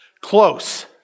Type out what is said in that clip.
Close